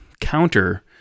counter